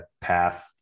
path